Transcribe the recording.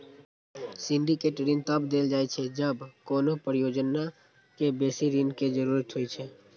syndicate ऋण तब देल जाइ छै, जब कोनो परियोजना कें बेसी ऋण के जरूरत होइ छै